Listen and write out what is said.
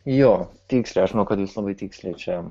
jo tiksliai aš manau kad jūs labai tiksliai čia